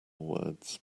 words